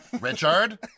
Richard